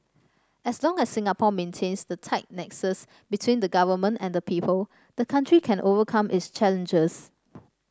as long as Singapore maintains the tight nexus between the Government and people the country can overcome its challenges